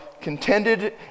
contended